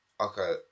okay